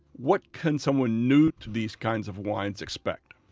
what can someone new to these kinds of wines expect?